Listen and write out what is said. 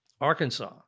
arkansas